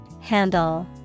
Handle